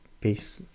peace